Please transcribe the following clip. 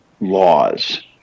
laws